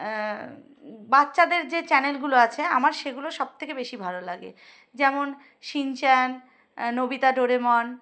বাচ্চাদের যে চ্যানেলগুলো আছে আমার সেগুলো সবথেকে বেশি ভালো লাগে যেমন সিন্চ্যান নবিতা ডোরেমন